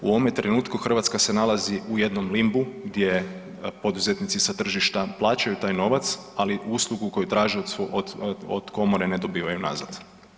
U ovome trenutku Hrvatska se nalazi u jednom limbu gdje poduzetnici sa tržišta plaćaju taj novac, ali uslugu koju traže od komore ne dobivaju nazad.